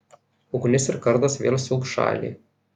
ugnis ir kardas vėl siaubs šalį